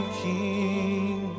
king